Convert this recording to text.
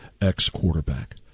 ex-quarterback